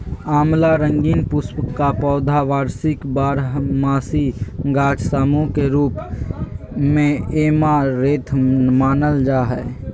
आँवला रंगीन पुष्प का पौधा वार्षिक बारहमासी गाछ सामूह के रूप मेऐमारैंथमानल जा हइ